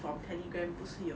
from telegram 不是有